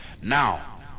now